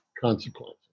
consequences